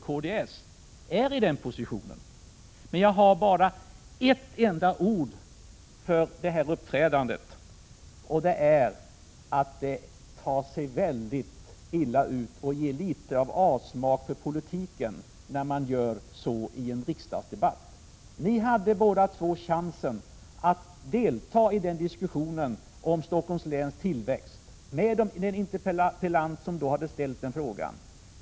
kds, är i den positionen, men jag har bara ett enda sätt att beskriva detta uppträdande: det tar sig väldigt illa ut och ger avsmak för politiken när man gör så i en Prot. 1986/87:44 riksdagsdebatt. 8 december 1986 Ni hade båda chansen att delta i diskussionen om Stockholms läns tillväxt. = Zj oo eg med den förre interpellanten.